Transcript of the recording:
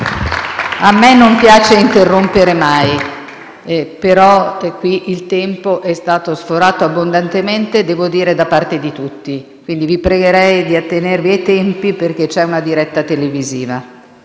a me non piace mai interrompere, però il tempo è stato sforato abbondantemente, e devo dire da parte di tutti. Quindi vi pregherei di attenervi ai tempi perché c'è una diretta televisiva.